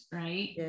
right